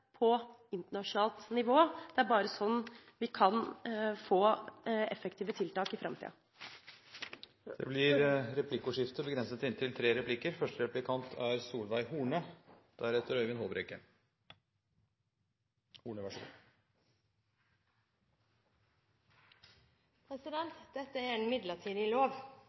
på internasjonalt nivå. Det er bare slik vi kan få effektive tiltak i framtida. Det blir replikkordskifte. Dette er en midlertidig lov.